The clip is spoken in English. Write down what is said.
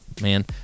man